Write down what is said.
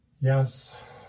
Yes